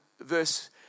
verse